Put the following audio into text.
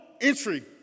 entry